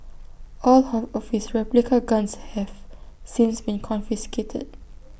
all of his of replica guns have since been confiscated